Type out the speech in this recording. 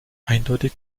eindeutig